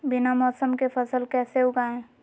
बिना मौसम के फसल कैसे उगाएं?